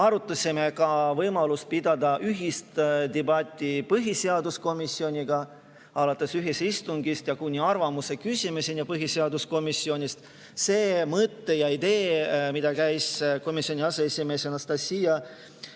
Arutasime ka võimalust pidada ühist debatti põhiseaduskomisjoniga alates ühisistungist kuni arvamuse küsimiseni põhiseaduskomisjonist. See mõte ja idee, mille käis välja komisjoni aseesimees Anastassia